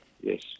Yes